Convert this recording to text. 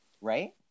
right